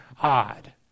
odd